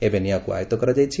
ଏବେ ନିଆଁକୁ ଆୟଉ କରାଯାଇଛି